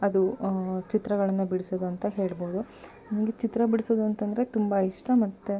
ಅದು ಚಿತ್ರಗಳನ್ನು ಬಿಡಿಸೋದು ಅಂತ ಹೇಳ್ಬೋದು ನನಗೆ ಚಿತ್ರ ಬಿಡಿಸೋದಂತಂದ್ರೆ ತುಂಬ ಇಷ್ಟ ಮತ್ತೆ